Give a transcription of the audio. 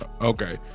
Okay